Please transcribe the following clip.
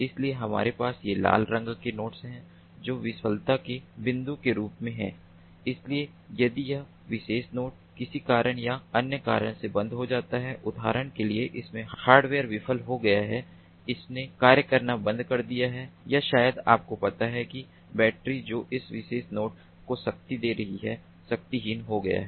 इसलिए हमारे पास ये लाल रंग के नोड्स हैं जो विफलता के बिंदु के रूप में हैं क्योंकि यदि यह विशेष नोड किसी कारण या अन्य कारण से बंद हो जाता है उदाहरण के लिए इसमें हार्डवेयर विफल हो गया है इसने कार्य करना बंद कर दिया है या शायद आपको पता है कि बैटरी जो उस विशेष नोड को शक्ति दे रही थी शक्तिहीन हो गया है